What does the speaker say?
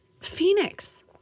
Phoenix